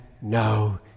no